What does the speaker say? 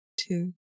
two